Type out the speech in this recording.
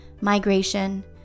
migration